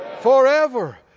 forever